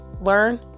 Learn